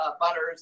butters